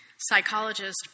Psychologist